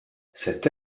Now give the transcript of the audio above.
cette